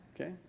Okay